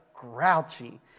grouchy